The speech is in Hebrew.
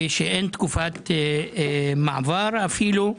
ושאין תקופת ממעבר אפילו.